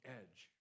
edge